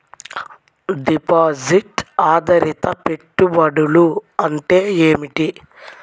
Deposit ఆధారిత పెట్టుబడులు అంటే ఏమిటి?